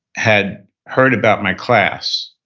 had heard about my class.